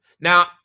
Now